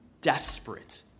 desperate